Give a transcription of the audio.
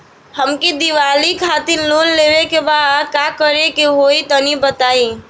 हमके दीवाली खातिर लोन लेवे के बा का करे के होई तनि बताई?